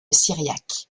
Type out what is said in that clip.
syriaque